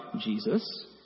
Jesus